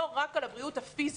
לא רק על הבריאות הפיזית.